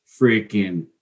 freaking